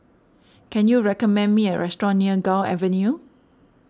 can you recommend me a restaurant near Gul Avenue